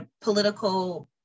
political